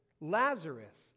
Lazarus